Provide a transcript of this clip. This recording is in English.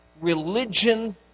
religion